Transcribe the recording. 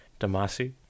damasi